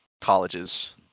colleges